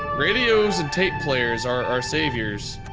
radios and tape players are our saviors.